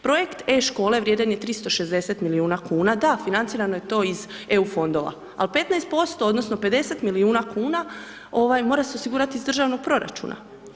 Projekt e-škole vrijedan je 360 milijuna kuna, da, financirano je to iz EU fondova, ali 15% odnosno 50 milijuna kuna mora se osigurati iz državnog proračuna.